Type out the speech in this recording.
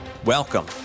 Welcome